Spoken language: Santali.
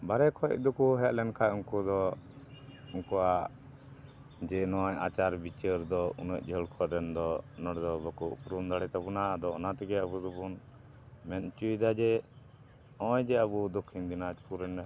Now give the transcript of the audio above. ᱵᱟᱦᱨᱮ ᱠᱷᱚᱱ ᱫᱚᱠᱚ ᱦᱮᱡ ᱞᱮᱱᱠᱷᱟᱱ ᱩᱱᱠᱩ ᱫᱚ ᱩᱱᱠᱩᱣᱟᱜ ᱡᱮ ᱱᱚᱜᱼᱚᱭ ᱟᱪᱟᱨ ᱵᱤᱪᱟᱹᱨ ᱫᱚ ᱩᱱᱟᱹᱜ ᱡᱷᱟᱹᱞ ᱠᱚᱨᱮᱱ ᱫᱚ ᱱᱚᱰᱮ ᱫᱚ ᱵᱟᱠᱚ ᱩᱯᱨᱩᱢ ᱫᱟᱲᱮ ᱛᱟᱵᱚᱱᱟ ᱟᱫᱚ ᱚᱱᱟ ᱛᱮᱜᱮ ᱟᱵᱚ ᱫᱚᱵᱚᱱ ᱢᱮᱱ ᱦᱚᱪᱚᱭᱮᱫᱟ ᱡᱮ ᱱᱚᱜᱼᱚᱭ ᱡᱮ ᱟᱵᱚ ᱫᱚᱠᱠᱷᱤᱱ ᱫᱤᱱᱟᱡᱽᱯᱩᱨ ᱨᱮᱱᱟᱜ